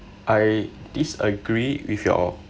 I disagree with your